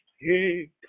Hey